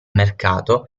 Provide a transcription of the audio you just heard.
mercato